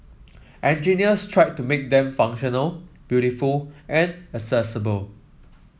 engineers tried to make them functional beautiful and accessible